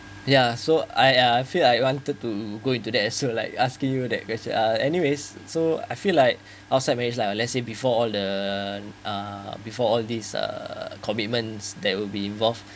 ya so I uh I feel I wanted to go into that as so like asking you that question uh anyways so I feel like outside marriage like let's say before all the uh before all these uh commitments that will be involved